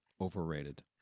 overrated